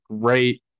great